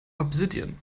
obsidian